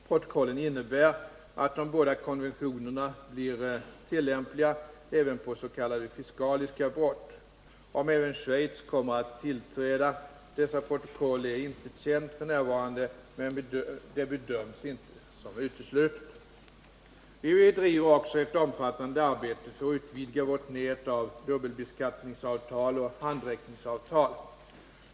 Protokollen innebär att de båda konventionerna blir tillämpliga även på s.k. fiskaliska brott. Om även Schweiz kommer att tillträda dessa protokoll är inte känt f.n., men det bedöms inte som uteslutet. Vi bedriver också ett omfattande arbete för att utvidga vårt nät av dubbelbeskattningsavtal och handräckningsavtal.